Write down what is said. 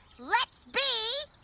let's be